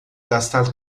gastar